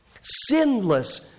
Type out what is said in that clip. Sinless